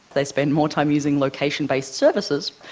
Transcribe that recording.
they spend more time using location-based services.